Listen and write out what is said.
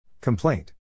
Complaint